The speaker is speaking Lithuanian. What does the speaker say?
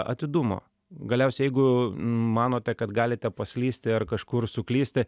atidumo galiausiai jeigu manote kad galite paslysti ar kažkur suklysti